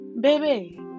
baby